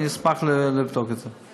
אשמח לבדוק את זה.